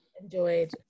enjoyed